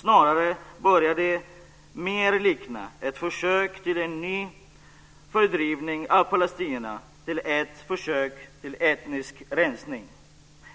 Snarare börjar det likna ett försök till en ny fördrivning av palestinierna - ett försök till etnisk rensning.